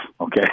okay